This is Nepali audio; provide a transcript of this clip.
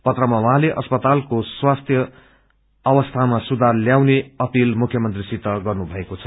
पत्रमा उहाँले अस्पतालको स्वास्थ्य व्यवस्थामा सुधार ल्याउने अपील मुख्यमंत्रीसित गर्नु भएको छ